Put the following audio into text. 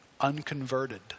unconverted